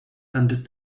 and